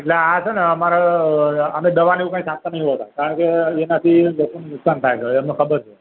એટલ આ છે ને અમારે અમે દવા ને એવું કંઈ છાંટતા નથી હોતા કારણ કે એનાથી લોકોને નુકસાન થાયછે એ અમને ખબર છે